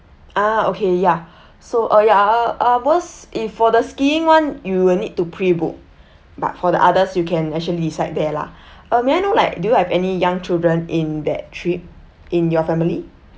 ah okay ya so uh ya ours if for the skiing one you will need to pre book but for the others you can actually decide there lah uh may I know like do you have any young children in that trip in your family